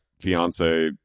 fiance